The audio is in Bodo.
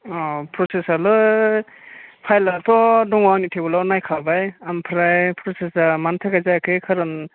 अ प्रसेस आलाय फाइल आथ' दङ आंनि थेबोल आव नायखाबाय ओमफ्राय प्रसेस आ मानि थाखाय जायखै खार'न